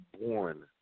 born